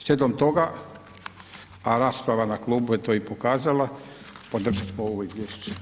Slijedom toga a rasprava na klubu je to i pokazala podržati ćemo ovom izvješće.